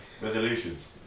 Resolutions